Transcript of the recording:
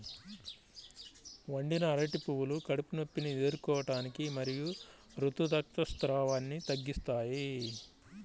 వండిన అరటి పువ్వులు కడుపు నొప్పిని ఎదుర్కోవటానికి మరియు ఋతు రక్తస్రావాన్ని తగ్గిస్తాయి